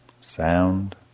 sound